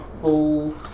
full